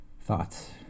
thoughts